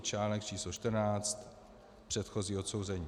Článek číslo čtrnáct, předchozí odsouzení.